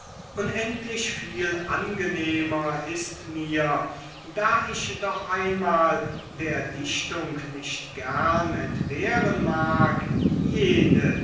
unendlich viel angenehmer ist mir da ich doch einmal der dichtung nicht gern entbehren mag jene